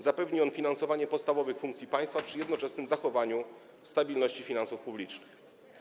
Zapewni on finansowanie podstawowych funkcji państwa przy jednoczesnym zachowaniu stabilności finansów publicznych.